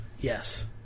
Yes